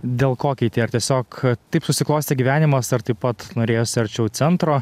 dėl ko keitei ar tiesiog taip susiklostė gyvenimas ar taip pat norėjosi arčiau centro